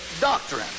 doctrine